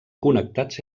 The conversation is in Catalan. connectats